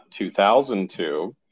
2002